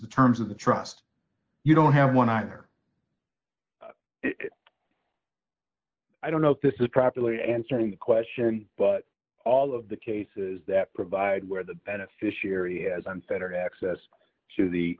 the terms of the trust you don't have one either i don't know if this is properly answering the question but all of the cases that provide where the beneficiary is i'm centered access to the